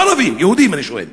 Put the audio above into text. יהודים, לא ערבים, יהודים, אני שואל